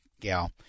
gal